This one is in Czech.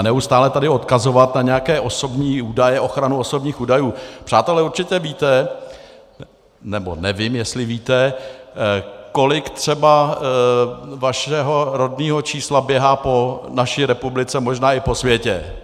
Neustále tady odkazovat na nějaké osobní údaje, ochranu osobních údajů přátelé, určitě víte, nebo nevím, jestli víte, kolik třeba vašeho rodného čísla běhá po naší republice, možná i po světě.